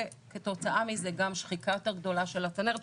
וכתוצאה מזה גם שחיקה יותר גדולה של הצנרת,